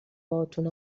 باهاتون